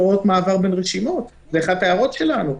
הוראות מעבר בין רשימות זו אחת ההערות שלנו.